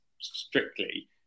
strictly